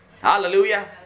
Hallelujah